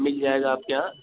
मिल जाएगा आपके यहाँ